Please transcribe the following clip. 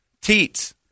Teats